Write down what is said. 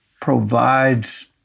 provides